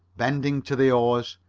bending to the oars,